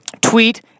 tweet